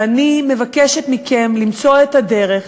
ואני מבקשת מכם למצוא את הדרך